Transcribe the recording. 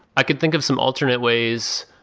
i could think of some alternate ways,